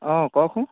অ কওকচোন